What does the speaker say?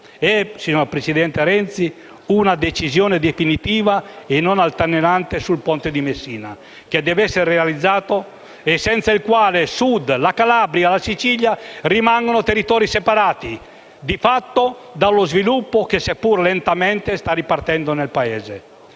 e di prendere una decisione definitiva e non altalenante sul Ponte di Messina, che deve essere realizzato, e senza il quale il Sud, la Calabria e la Sicilia rimangono territori separati, di fatto, dallo sviluppo che, seppur lentamente, sta ripartendo nel resto